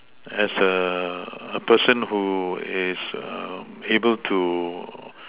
as a person who is able to